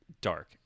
dark